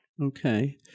Okay